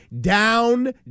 down